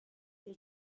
elle